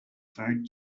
food